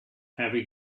heavy